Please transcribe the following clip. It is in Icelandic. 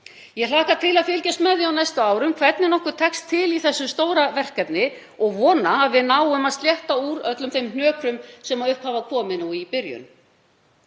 Ég hlakka til að fylgjast með því á næstu árum hvernig okkur tekst til í því stóra verkefni og vona að við náum að slétta úr öllum hnökrum sem upp hafa komið í byrjun.